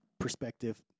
perspective